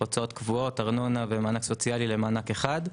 הוצאות קבועות, ארנונה ומענק סוציאלי למענק אחד.